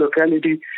locality